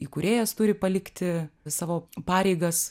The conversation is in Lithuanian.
įkūrėjas turi palikti savo pareigas